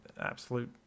absolute